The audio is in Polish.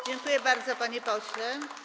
Dziękuję bardzo, panie pośle.